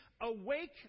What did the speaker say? Awake